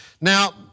Now